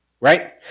right